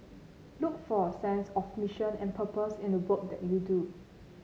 look for a sense of mission and purpose in the work that you do